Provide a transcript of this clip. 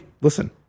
listen